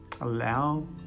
Allow